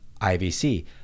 IVC